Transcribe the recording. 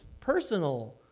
personal